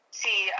see